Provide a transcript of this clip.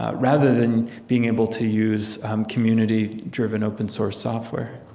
ah rather than being able to use community-driven open-source software?